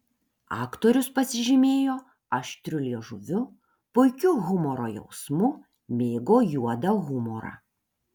aktorius pasižymėjo aštriu liežuviu puikiu humoro jausmu mėgo juodą humorą